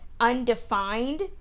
undefined